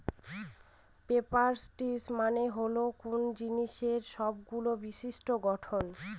properties মানে হল কোনো জিনিসের সবগুলো বিশিষ্ট্য গঠন